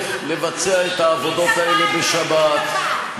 צורך לבצע את העבודות האלה בשבת.